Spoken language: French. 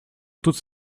toutes